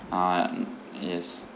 uh yes